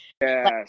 Yes